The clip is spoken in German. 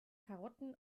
karotten